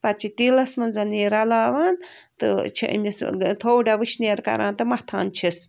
پَتہٕ چھِ تیٖلس منٛز یہِ رَلاوان تہٕ چھِ أمِس ٲں تھوڑا وُشنیر کَران تہٕ مَتھان چھِس